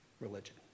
religion